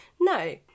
no